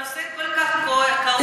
הנושא כל כך כאוב ואתה, פה?